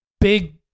big